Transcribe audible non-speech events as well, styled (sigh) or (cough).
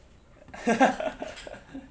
(laughs)